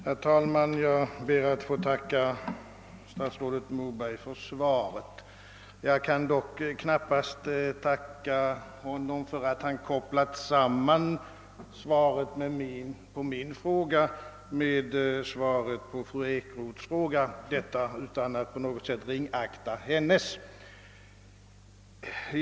Herr talman! Jag ber att få tacka statsrådet Moberg för svaret. Jag kan dock knappast tacka honom för att han kopplat samman svaret på min fråga med svaret på fru Ekroths fråga — detta sagt utan att på något sätt ringakta den av fru Ekroth ställda frågan.